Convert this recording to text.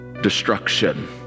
destruction